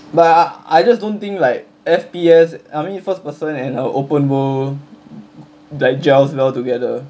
but I I just don't think like F_P_S I mean first person and uh open world like gels well together